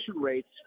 rates